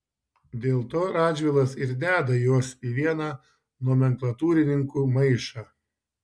dėl to radžvilas ir deda juos į vieną nomenklatūrininkų maišą